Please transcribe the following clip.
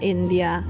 India